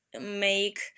make